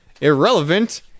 irrelevant